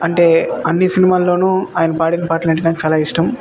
అంటే అన్నీ సినిమాల్లోనూ ఆయన పాడిన పాటలు అంటే నాకు చాలా ఇష్టం